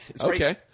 Okay